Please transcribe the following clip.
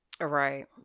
Right